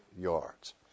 yards